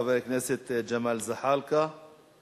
חבר הכנסת ג'מאל זחאלקה,